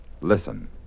Listen